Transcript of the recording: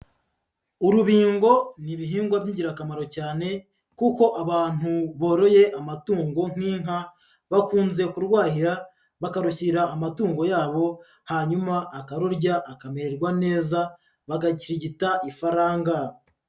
Urubingo ni ibihingwa by'ingirakamaro cyane, kuko abantu boroye amatungo nk'inka, bakunze kurwahira bakarushyira amatungo yabo, hanyuma akarurya akamererwa neza bagakirigita ifaranga.